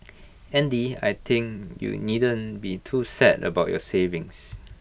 Andy I think you needn't be too sad about your savings